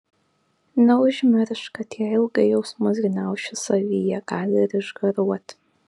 neužmiršk kad jei ilgai jausmus gniauši savy jie gali ir išgaruoti